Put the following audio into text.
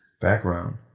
background